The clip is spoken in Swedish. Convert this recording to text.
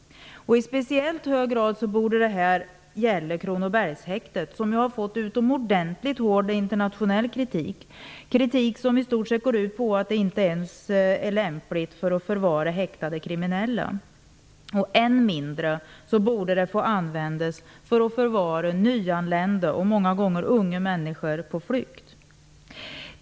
I speciellt hög grad borde detta gälla Kronobergshäktet, som har fått utomordentligt hård internationell kritik. Den kritiken går i stort sett ut på att det inte ens är lämpligt för att förvara häktade kriminella, än mindre borde det få användas för att förvara nyanlända, många gånger unga människor på flykt.